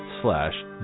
slash